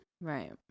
Right